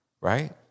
right